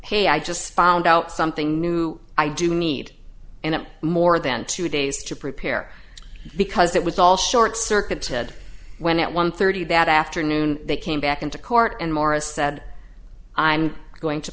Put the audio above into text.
hey i just found out something new i do need and more than two days to prepare because it was all short circuit ted when at one thirty that afternoon they came back into court and morris said i'm going to